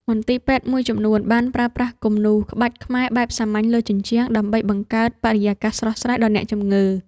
មន្ទីរពេទ្យមួយចំនួនបានប្រើប្រាស់គំនូរក្បាច់ខ្មែរបែបសាមញ្ញលើជញ្ជាំង ដើម្បីបង្កើតបរិយាកាសស្រស់ស្រាយដល់អ្នកជំងឺ។